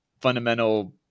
fundamental